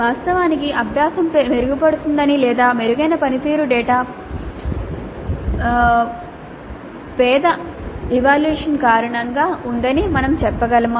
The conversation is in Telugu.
వాస్తవానికి అభ్యాసం మెరుగుపడిందని లేదా మెరుగైన పనితీరు డేటా పేద అంచనా కారణంగా ఉందని మేము చెప్పగలమా